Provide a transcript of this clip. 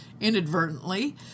inadvertently